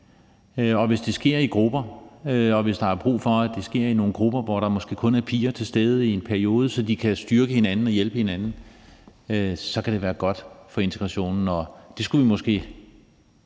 Hvis det sker i grupper, og hvis der er brug for, at det sker i nogle grupper, hvor der måske kun er piger til stede i en periode, så de kan styrke hinanden og hjælpe hinanden, så kan det være godt for integrationen. Det skulle vi måske